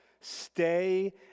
stay